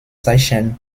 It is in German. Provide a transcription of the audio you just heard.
zeichen